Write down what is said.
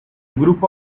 group